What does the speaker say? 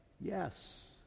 yes